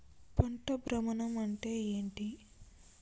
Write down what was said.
పంట భ్రమణం అంటే ఏంటి?